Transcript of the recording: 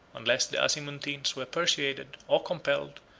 unless the azimuntines were persuaded, or compelled,